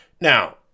Now